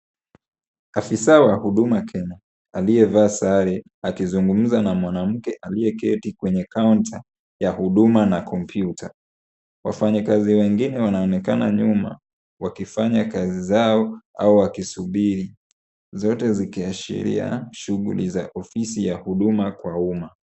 Afisa wa huduma Kenya, aliyevaa sare akizungumza na mwanamke aliyeketi kwenye kaunta ya huduma na kompyuta. Wafanyikazi wengine wanaonekana nyuma wakifanya kazi zao au wakisubiri. Zote zikiashiria shughuli za ofisi ya huduma kwa umma.